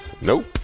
Nope